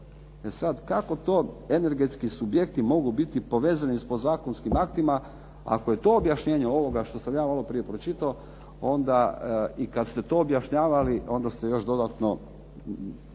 E sad, kako to energetski subjekti mogu biti povezani s podzakonskim aktima? Ako je to objašnjenje ovoga što sam ja malo prije pročitao onda i kad ste to objašnjavali onda ste još dodatno